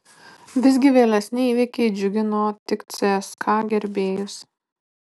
visgi vėlesni įvykiai džiugino tik cska gerbėjus